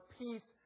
peace